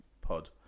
pod